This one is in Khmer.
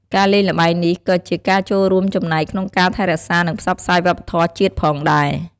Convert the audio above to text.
ការលេងល្បែងនេះ ក៏ជាការចូលរួមចំណែកក្នុងការថែរក្សា និងផ្សព្វផ្សាយវប្បធម៌ជាតិផងដែរ។